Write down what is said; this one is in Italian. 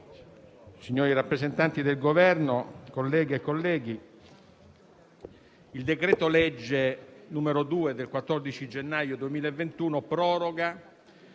signori rappresentanti del Governo, onorevoli colleghe e colleghi, il decreto-legge n. 2 del 14 gennaio 2021 proroga